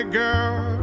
girl